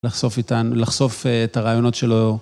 לחשוף איתן לחשוף את הרעיונות שלו.